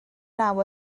naw